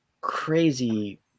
crazy